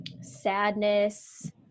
sadness